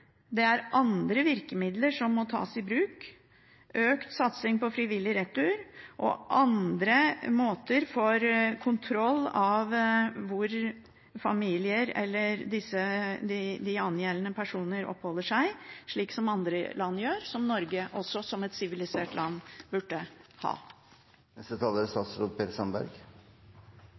andre virkemidler som økt satsing på frivillig retur og andre måter for kontroll av hvor familier eller de angjeldende personer oppholder seg, må tas i bruk – slik som andre land gjør, og som Norge som et sivilisert land burde.